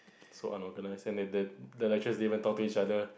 so unlocalized that that that that lecturer is even talk to each other